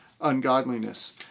ungodliness